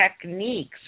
techniques